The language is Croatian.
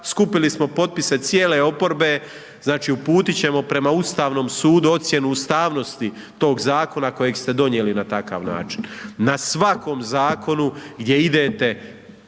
skupili smo potpise cijele oporbe, znači, uputit ćemo prema Ustavnom sudu ocjenu ustavnosti tog zakona kojeg ste donijeli na takav način. Na svakom zakonu gdje idete